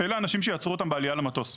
אנשים שיעצרו אותם בעלייה למטוס.